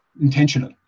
intentional